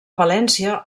valència